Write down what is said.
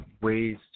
ways